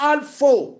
Alfo